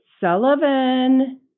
Sullivan